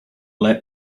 let